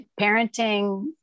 parenting